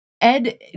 Ed